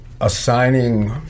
assigning